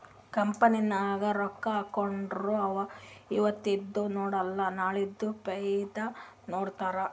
company ನಾಗ್ ರೊಕ್ಕಾ ಹಾಕೊರು ಇವತಿಂದ್ ನೋಡಲ ನಾಳೆದು ಫೈದಾ ನೋಡ್ತಾರ್